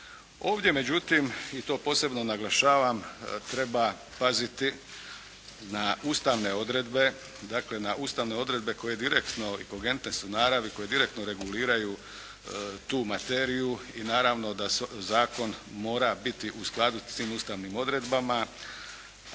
Ovdje međutim i to posebno naglašavam treba paziti na ustavne odredbe, dakle na ustavne odredbe koje direktno i kongentne su naravi koje direktno reguliraju tu materiju i naravno da zakon mora biti u skladu s tim ustavnim odredbama.